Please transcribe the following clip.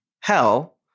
hell